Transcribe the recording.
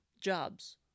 jobs